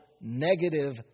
negative